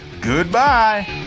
Goodbye